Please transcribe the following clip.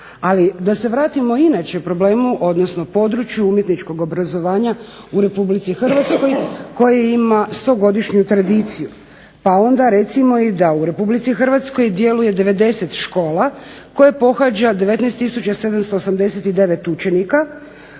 Ali da se vratimo inače problemu, odnosno području umjetničkog obrazovanja u Republici Hrvatskoj koje ima stogodišnju tradiciju, pa onda recimo i da u Republici Hrvatskoj djeluje 90 škola koje pohađa 19 tisuća 789 učenika